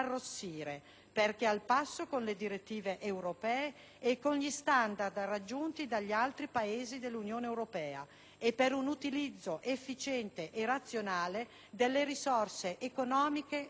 perché al passo con le direttive europee e con gli standard raggiunti dagli altri Paesi dell'Unione europea e per un utilizzo efficiente e razionale delle risorse economiche ed umane.